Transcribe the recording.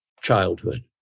childhood